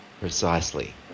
precisely